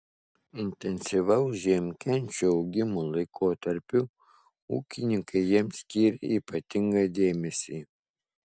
intensyvaus žiemkenčių augimo laikotarpiu ūkininkai jiems skyrė ypatingą dėmesį